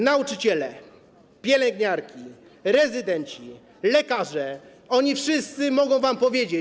Nauczyciele, pielęgniarki, rezydenci, lekarze - oni wszyscy mogą wam powiedzieć: